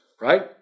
right